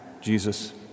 Jesus